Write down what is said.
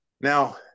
Now